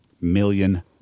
million